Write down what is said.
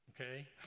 okay